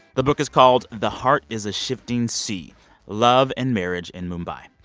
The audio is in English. the book is called the heart is a shifting sea love and marriage in mumbai.